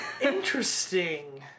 Interesting